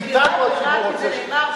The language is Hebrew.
חבר הכנסת אקוניס,